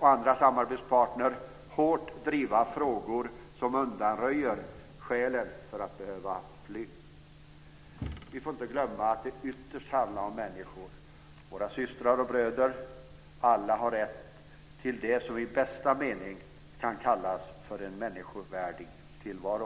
och andra samarbetspartner, hårt driva frågor som undanröjer skälen för att människor behöver fly. Vi får inte glömma att det ytterst handlar om människor, våra systrar och bröder. Alla har rätt till det som i bästa mening kan kallas för en människovärdig tillvaro.